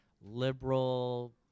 liberal